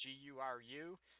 G-U-R-U